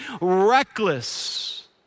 reckless